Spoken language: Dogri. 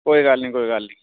कोई गल्ल निं कोई गल्ल निं